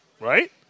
Right